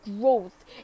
growth